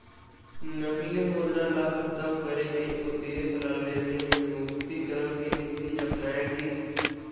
नकली मुद्रा ल खतम करे के उद्देश्य ल लेके विमुद्रीकरन के नीति अपनाए गिस